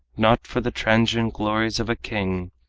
not for the transient glories of a king,